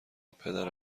پدر